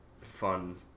fun